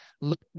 Look